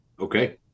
Okay